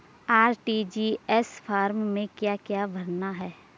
RTGS form में क्या क्या भरना है?